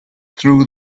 through